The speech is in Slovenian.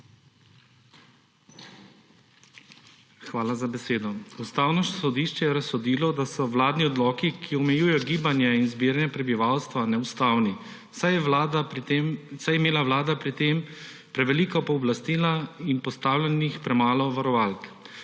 Hvala za besedo. Ustavno sodišče je razsodilo, da so vladni odloki, ki omejujejo gibanje in zbiranje prebivalstva, neustavni, saj je imela Vlada pri tem prevelika pooblastila in postavljenih premalo varovalk.